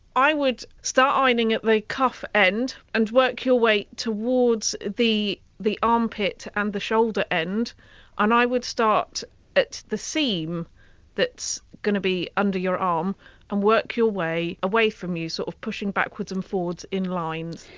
i would start ironing at the cuff end and work your way towards the the armpit and the shoulder end and i would start at the seam that's going to be under your arm um and work your way away from you, sort of pushing backwards and forwards in lines.